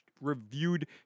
Reviewed